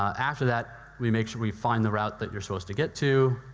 after that, we make sure we find the route that you're supposed to get to,